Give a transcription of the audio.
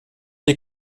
des